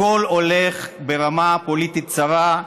הכול הולך ברמה פוליטית צרה,